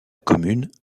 commune